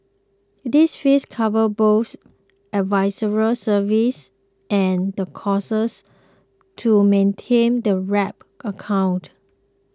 this fees cover both advisory services and the causes to maintain the wrap account